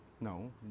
No